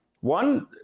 One